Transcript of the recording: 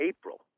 April